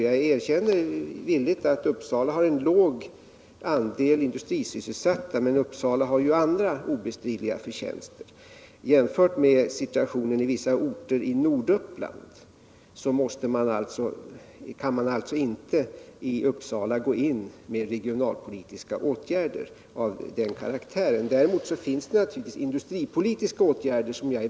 Jag erkänner villigt att Uppsala har en låg andel industrisysselsatta, men Uppsala har ju andra obestridliga förtjänster. Jämför man med situationen i vissa orter i Norduppland, kan man alltså inte i Uppsala gå in med regionalpolitiska åtgärder. Däremot är jag naturligtvis beredd att medverka till industripolitiska åtgärder.